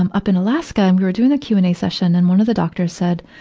um up in alaska. and we were doing a q and a sessions, and one of the doctors said,